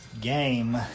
game